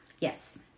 Yes